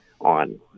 on